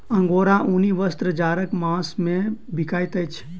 अंगोराक ऊनी वस्त्र जाड़क मास मे बिकाइत अछि